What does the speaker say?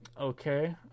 Okay